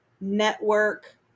network